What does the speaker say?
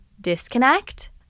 disconnect